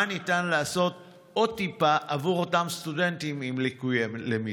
מה ניתן לעשות עוד טיפה עבור אותם סטודנטים עם ליקויי למידה.